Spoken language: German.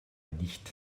nicht